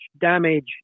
damage